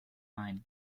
mine